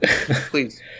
please